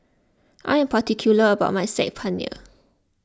I am particular about my Saag Paneer